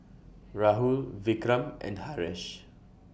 Rahul Vikram and Haresh